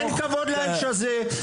אין כבוד לאיש הזה,